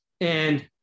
And-